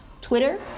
Twitter